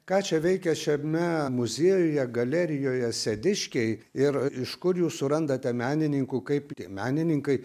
ką čia veikia šiame muziejuje galerijoje sediškiai ir iš kur jūs surandate menininkų kaip tie menininkai